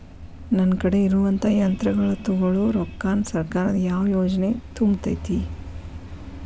ನನ್ ಕಡೆ ಇರುವಂಥಾ ಯಂತ್ರಗಳ ತೊಗೊಳು ರೊಕ್ಕಾನ್ ಸರ್ಕಾರದ ಯಾವ ಯೋಜನೆ ತುಂಬತೈತಿ?